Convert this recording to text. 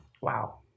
Wow